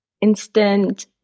instant